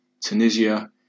Tunisia